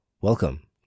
welcome